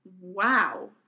wow